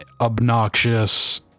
obnoxious